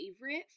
favorite